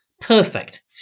perfect